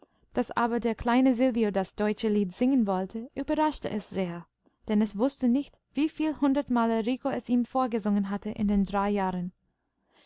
daß aber der kleine silvio das deutsche lied singen wollte überraschte es sehr denn es wußte nicht wie viele hundert male rico es ihm vorgesungen hatte in den drei jahren